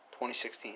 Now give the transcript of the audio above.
2016